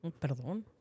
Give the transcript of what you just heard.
perdón